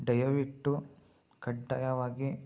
ದಯವಿಟ್ಟು ಕಡ್ಡಾಯವಾಗಿ